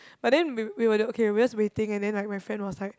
but then we we were there okay we just waiting and then my friend was like